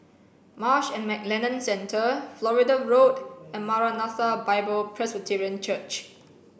Marsh and McLennan Centre Florida Road and Maranatha Bible Presby Church